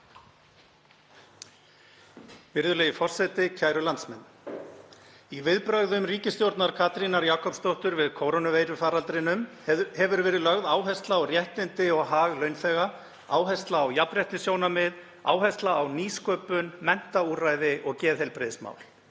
Virðulegi forseti. Kæru landsmenn. Í viðbrögðum ríkisstjórnar Katrínar Jakobsdóttur við kórónuveirufaraldrinum hefur verið lögð áhersla á réttindi og hag launþega, áhersla á jafnréttissjónarmið, áhersla á nýsköpun, menntaúrræði og geðheilbrigðismál